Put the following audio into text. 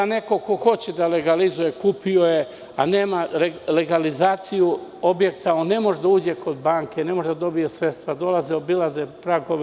Neko ko hoće da legalizuje, kupio je a nema legalizaciju objekta ne može da uđe kod banke, ne može da dobije sredstva, dolaze, i obilaze pragove.